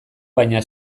baina